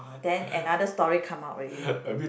[wah] then another story come out already